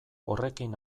horrekin